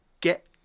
get